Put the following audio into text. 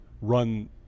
run